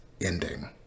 ending